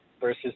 versus